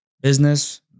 business